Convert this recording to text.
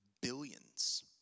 Billions